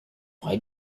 why